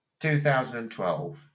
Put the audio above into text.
2012